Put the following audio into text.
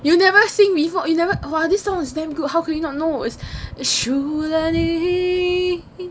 you never see before you never !wah! this song is damn good how could you not know is 输了你